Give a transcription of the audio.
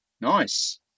Nice